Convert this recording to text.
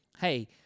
hey